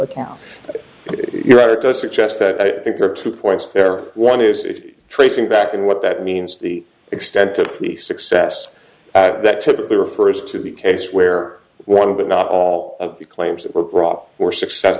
account you're right it does suggest that i think there are two points there one is if tracing back and what that means the extent of the success that typically refers to the case where one but not all of the claims that were brought or success